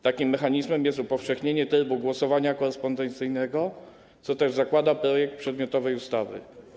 Takim mechanizmem jest upowszechnienie trybu głosowania korespondencyjnego, co też zakłada projekt przedmiotowej ustawy.